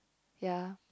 ya